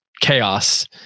chaos